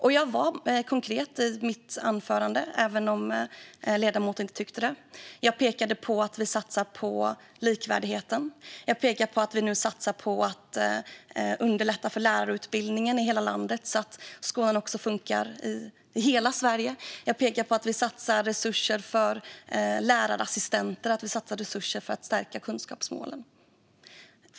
Jag var konkret i mitt anförande, även om ledamoten inte tyckte det. Jag pekade på att vi satsar på likvärdigheten. Jag pekade på att vi nu satsar på att underlätta för lärarutbildning i hela landet så att skolan ska funka i hela Sverige. Jag pekade på att vi satsar resurser för lärarassistenter och för att stärka kunskapsmålen.